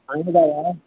आयँ यौ बाबा